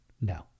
No